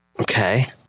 Okay